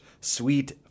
sweet